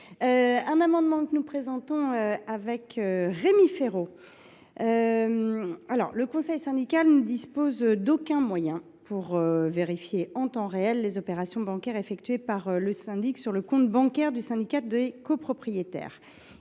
un amendement que j’ai cosigné avec Rémi Féraud. Le conseil syndical ne dispose actuellement d’aucun moyen pour vérifier en temps réel les opérations bancaires effectuées par le syndic sur le compte du syndicat des copropriétaires.